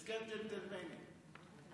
הסכם ג'נטלמני.